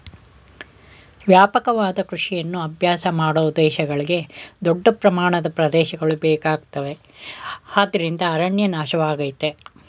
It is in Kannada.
ವ್ಯಾಪಕವಾದ ಕೃಷಿಯನ್ನು ಅಭ್ಯಾಸ ಮಾಡೋ ದೇಶಗಳಿಗೆ ದೊಡ್ಡ ಪ್ರಮಾಣದ ಪ್ರದೇಶಗಳು ಬೇಕಾಗುತ್ತವೆ ಅದ್ರಿಂದ ಅರಣ್ಯ ನಾಶವಾಗಯ್ತೆ